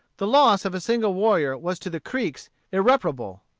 the loss of a single warrior was to the creeks irreparable.